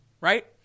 right